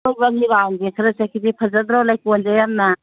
ꯔꯥꯎꯟꯁꯦ ꯈꯔ ꯆꯠꯈꯤꯁꯦ ꯐꯖꯗ꯭ꯔꯣ ꯂꯩꯀꯣꯟꯁꯦ ꯌꯥꯝꯅ